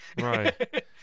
Right